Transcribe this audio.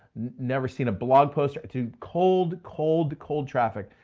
never seen a blog post, or too cold cold cold traffic.